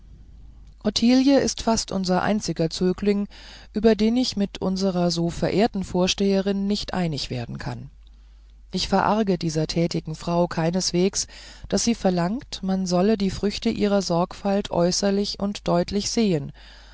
ist fast unser einziger zögling über den ich mit unserer so verehrten vorsteherin nicht einig werden kann ich verarge dieser tätigen frau keinesweges daß sie verlangt man soll die früchte ihrer sorgfalt äußerlich und deutlich sehen